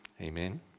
Amen